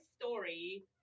story